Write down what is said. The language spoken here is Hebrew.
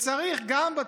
שצריך, גם בתקופה,